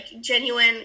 genuine